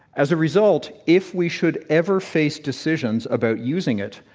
as a result, if we should ever face decisions about using it,